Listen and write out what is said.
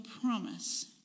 promise